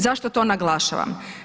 Zašto to naglašavam?